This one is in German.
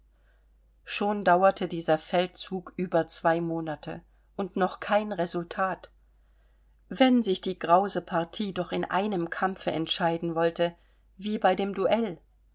schon dauerte dieser feldzug über zwei monate und noch kein resultat wenn sich die grause partie doch in einem kampfe entscheiden wollte wie bei dem duell